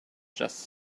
just